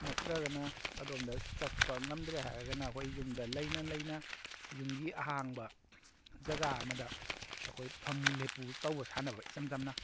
ꯅꯠꯇ꯭ꯔꯒꯅ ꯑꯗꯣꯝꯗ ꯆꯠꯄ ꯉꯝꯗ꯭ꯔꯦ ꯍꯥꯏꯔꯒꯅ ꯑꯩꯈꯣꯏ ꯌꯨꯝꯗ ꯂꯩꯅ ꯂꯩꯅ ꯌꯨꯝꯒꯤ ꯑꯍꯥꯡꯕ ꯖꯒꯥ ꯑꯃꯗ ꯑꯩꯈꯣꯏ ꯐꯝꯃꯨ ꯂꯦꯞꯄꯨ ꯇꯧꯕ ꯁꯥꯟꯅꯕ ꯏꯆꯝ ꯆꯝꯅ